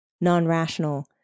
non-rational